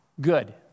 good